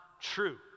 true